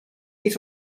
iets